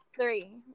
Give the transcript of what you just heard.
three